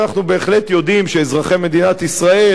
אבל אנחנו בהחלט יודעים שאזרחי מדינת ישראל